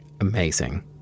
Amazing